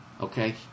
Okay